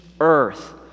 earth